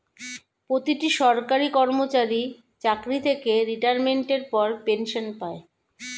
প্রতিটি সরকারি কর্মচারী চাকরি থেকে রিটায়ারমেন্টের পর পেনশন পায়